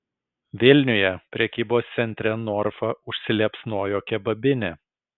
vilniuje prekybos centre norfa užsiliepsnojo kebabinė